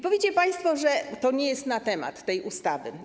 Powiecie państwo, że to nie jest na temat tej ustaw.